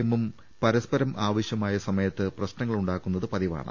എമ്മും പരസ്പരം ആവശ്യമായ സമയത്ത് പ്രശ്നങ്ങളുണ്ടാക്കുന്നത് പതിവാണ്